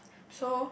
so